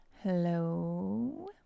Hello